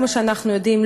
כמו שאנחנו יודעים,